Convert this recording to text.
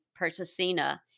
persicina